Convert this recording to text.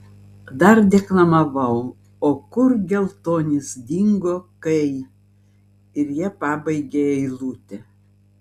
dar deklamavau o kur geltonis dingo kai ir jie pabaigė eilutę